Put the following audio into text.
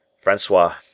Francois